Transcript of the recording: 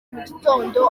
mugitondo